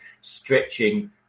stretching